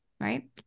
right